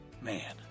man